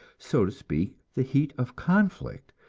so to speak, the heat of conflict,